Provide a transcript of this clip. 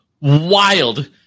wild